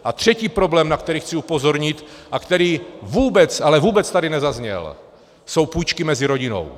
A třetí problém, na který chci upozornit a který vůbec, ale vůbec tady nezazněl, jsou půjčky mezi rodinou.